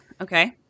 Okay